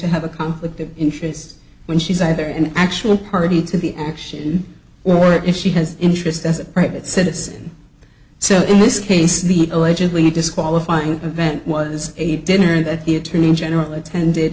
to have a conflict of interest when she's either an actual party to the action or if she has interest as a private citizen so in this case the allegedly disqualifying event was a dinner that the attorney general attended